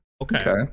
Okay